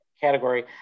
category